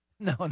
No